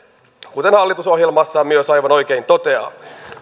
kuten hallitus ohjelmassaan myös aivan oikein toteaa